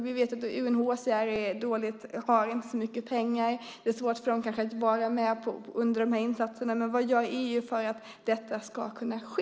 Vi vet att UNHCR inte har så mycket pengar. Det är svårt för dem att vara med under insatserna, men vad gör EU för att detta ska kunna ske?